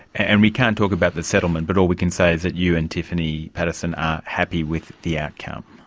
and we can't talk about the settlement but all we can say is that you and tiffany paterson are happy with the outcome.